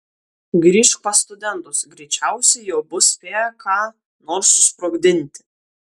grįžk pas studentus greičiausiai jau bus spėję ką nors susprogdinti